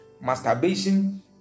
masturbation